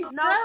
no